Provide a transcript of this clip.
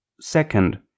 Second